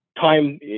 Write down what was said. time